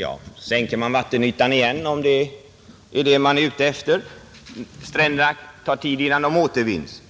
Ja, då sänker man vattenytan igen, om det är det man är ute efter. Det tar tid innan stränderna återvinns.